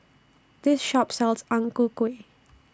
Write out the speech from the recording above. This Shop sells Ang Ku Kueh